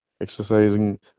exercising